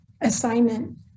assignment